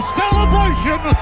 celebration